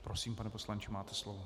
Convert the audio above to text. Prosím, pane poslanče, máte slovo.